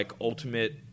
ultimate